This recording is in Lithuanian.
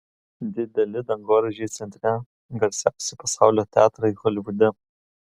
dideli dangoraižiai centre garsiausi pasaulio teatrai holivude